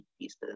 pieces